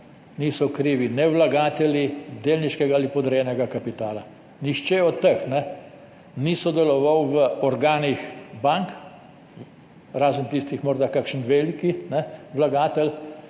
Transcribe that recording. niso krivi vlagatelji delniškega ali podrejenega kapitala. Nihče od teh ni sodeloval v organih bank, razen morda kakšen velik vlagatelj,